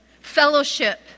fellowship